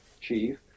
chief